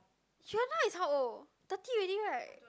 Hyuna is how old thirty already right